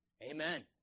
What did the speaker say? Amen